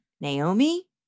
Naomi